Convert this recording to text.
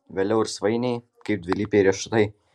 vėliau ir svainiai kaip dvilypiai riešutai